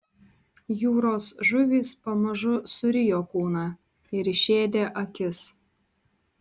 jūros žuvys pamažu surijo kūną ir išėdė akis